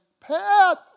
Pat